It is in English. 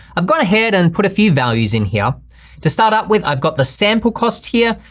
i've gone ahead and put a few values in here to start out with, i've got the sample cost here,